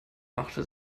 machte